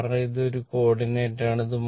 കാരണം ഇത് ഒരു കോർഡിനേറ്റ് ആണ്